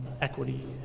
equity